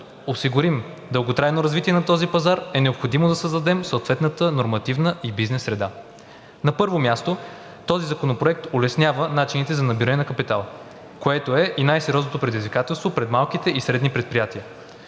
осигурим дълготрайно развитие на този пазар, е необходимо да създадем съответната нормативна и бизнес среда. На първо място, този законопроект улеснява начините за набиране на капитал, което е и най-сериозното предизвикателство пред малките и средните предприятия.